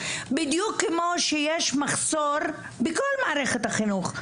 בדיוק כמו שיש מחסור בכל מערכת החינוך.